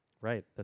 Right